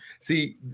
see